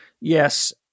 Yes